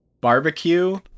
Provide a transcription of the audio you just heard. Barbecue